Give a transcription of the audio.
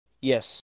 Yes